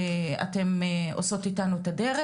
ואתן עושות איתנו את הדרך.